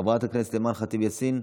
חברת הכנסת אימאן ח'טיב יאסין,